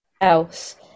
else